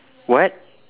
what